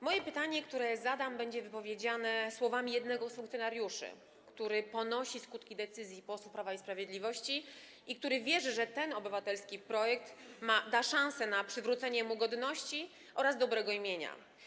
Moje pytanie, które zadam, to będą słowa wypowiedziane przez jednego z funkcjonariuszy, który ponosi skutki decyzji posłów Prawa i Sprawiedliwości i który wierzy, że ten obywatelski projekt da szansę na przywrócenie mu godności oraz dobrego imienia.